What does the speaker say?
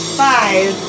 five